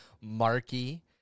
Marky